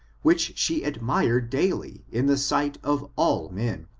which she admired daily, in the sight of all men,